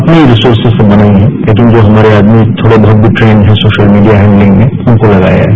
अपनी रिसोर्सेज़ से बनाई है लेकिन जो हमारे आदमी थोड़े बहुत ट्रेंड हैं सोशल मीडिया हैंडलिंग में उनको लगाया है